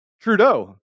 Trudeau